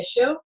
issue